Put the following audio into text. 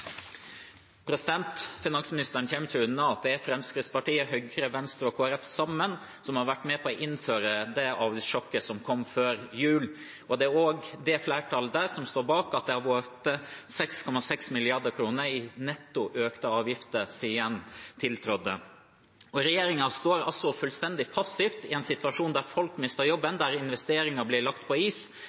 Finansministeren kommer ikke unna at det er Fremskrittspartiet, Høyre, Venstre og Kristelig Folkeparti sammen som har vært med på å innføre det avgiftssjokket som kom før jul, og det er også det flertallet som står bak at det har blitt 6,6 mrd. kr i netto økte avgifter siden man tiltrådte. Regjeringen står altså fullstendig passiv i en situasjon der folk mister jobben, der investeringer blir lagt på is,